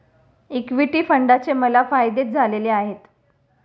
equity फंडाचे मला फायदेच झालेले आहेत